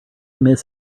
miss